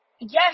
yes